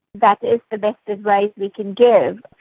that is the best advice we can give.